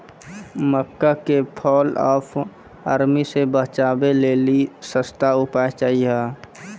मक्का के fall of army से बचाबै लेली सस्ता उपाय चाहिए?